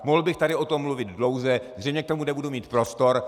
Mohl bych tady o tom mluvit dlouze, zřejmě k tomu nebudu mít prostor.